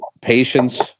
patience